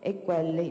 e quelle